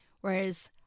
whereas